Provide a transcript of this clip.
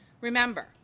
Remember